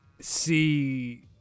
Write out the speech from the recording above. see